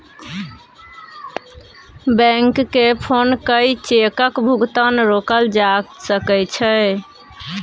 बैंककेँ फोन कए चेकक भुगतान रोकल जा सकै छै